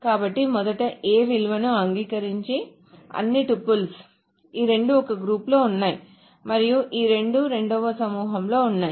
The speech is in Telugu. కాబట్టి మొదట A విలువను అంగీకరించే అన్ని టుపుల్స్ ఈ రెండూ ఒక గ్రూప్ లో ఉన్నాయి మరియు ఈ రెండూ రెండవ సమూహంలో ఉన్నాయి